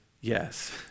yes